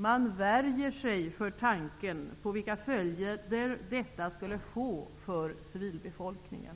Man värjer sig för tanken på vilka följder detta skulle få för civilbefolkningen.